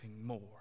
more